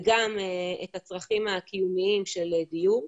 וגם את הצרכים הקיומיים של דיור.